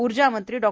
ऊर्जामंत्री डॉ